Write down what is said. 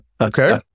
Okay